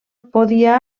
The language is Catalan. podia